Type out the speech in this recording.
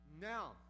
Now